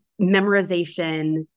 memorization